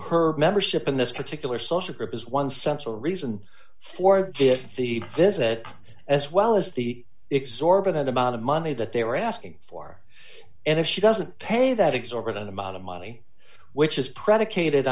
her membership in this particular social group is one central reason for it the visit as well as the exorbitant amount of money that they are asking for and if she doesn't pay that exorbitant amount of money which is predicated